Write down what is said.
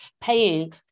paying